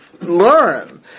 learn